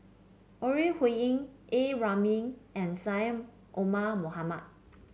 Ore Huiying A Ramli and Syed Omar Mohamed